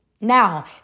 Now